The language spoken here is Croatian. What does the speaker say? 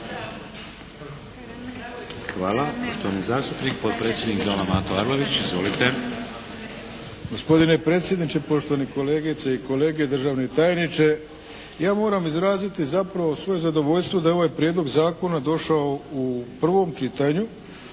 Hvala. Poštovani zastupnik, potpredsjednik Doma, Mato Arlović. Izvolite. **Arlović, Mato (SDP)** Gospodine predsjedniče, poštovane kolegice i kolege, državni tajniče. Ja moram izraziti zapravo svoje zadovoljstvo da je ovaj prijedlog zakona došao u prvom čitanju,